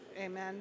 Amen